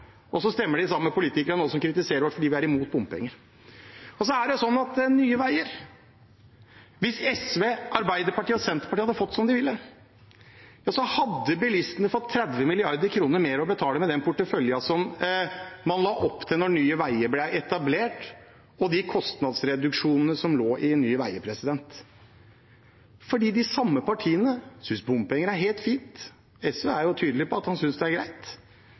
og så stemmer man sammen med politikerne som nå kritiserer oss fordi vi er imot bompenger. Så er det sånn med Nye Veier at hvis SV, Arbeiderpartiet og Senterpartiet hadde fått det som de ville, hadde bilistene fått 30 mrd. kr mer å betale med den porteføljen man la opp til da Nye Veier ble etablert, og de kostnadsreduksjonene som lå i Nye Veier – fordi de samme partiene synes at bompenger er helt fint. SV er tydelige på at de synes det er greit.